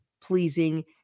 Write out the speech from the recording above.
pleasing